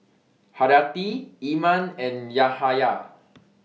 Haryati Iman and Yahaya